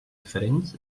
diferents